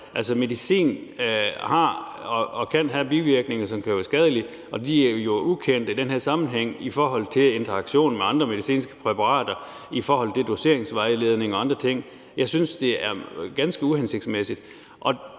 her. Medicin kan have bivirkninger, som kan være skadelige, og de er jo ukendte i den her sammenhæng i forhold til interaktionen med andre medicinske præparater og i forhold til doseringsvejledninger og andre ting. Jeg synes, det er ganske uhensigtsmæssigt.